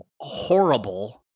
horrible